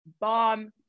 bomb